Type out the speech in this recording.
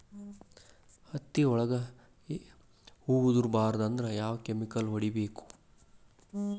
ಹತ್ತಿ ಒಳಗ ಹೂವು ಉದುರ್ ಬಾರದು ಅಂದ್ರ ಯಾವ ಕೆಮಿಕಲ್ ಹೊಡಿಬೇಕು?